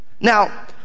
Now